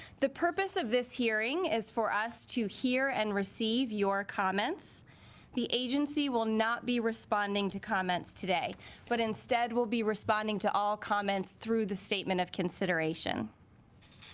the purpose of this hearing is for us to hear and receive your comments the agency will not be responding to comments today but instead we'll be responding to all comments through the statement of consideration